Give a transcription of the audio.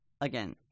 again